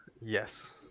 Yes